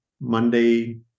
Monday